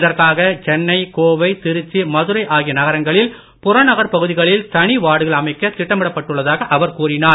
இதற்காக சென்னை கோவை திருச்சிமதுரை ஆகிய நகரங்களில் புறநகர் பகுதிகளில் தனி வார்டுகள் அமைக்க திட்டமிடப்பட்டுள்ளதாக அவர் கூறினார்